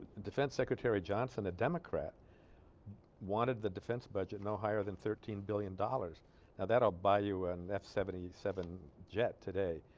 defense secretary johnson a democrat wanted the defense budget no higher than thirteen billion dollars now that'll buy you and f seventy-seven jet today